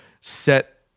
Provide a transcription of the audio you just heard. set